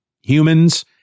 humans